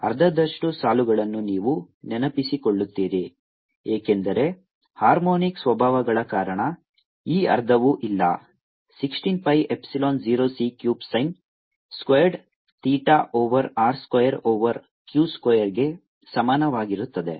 ಅರ್ಧದಷ್ಟು ಸಾಲುಗಳನ್ನು ನೀವು ನೆನಪಿಸಿಕೊಳ್ಳುತ್ತೀರಿ ಏಕೆಂದರೆ ಹಾರ್ಮೋನಿಕ್ ಸ್ವಭಾವಗಳ ಕಾರಣ ಈ ಅರ್ಧವು ಇಲ್ಲ 16 pi epsilon 0 c cubed sin squared theta over r square over q ಸ್ಕ್ವೇರ್ಗೆ ಸಮಾನವಾಗಿರುತ್ತದೆ